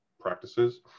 practices